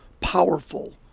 powerful